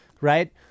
right